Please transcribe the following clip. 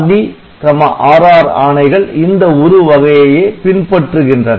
Rd Rr ஆணைகள் இந்த உரு வகையையே பின்பற்றுகின்றன